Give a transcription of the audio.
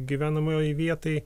gyvenamajai vietai